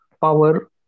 power